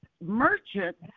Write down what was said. merchant